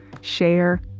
share